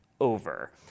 over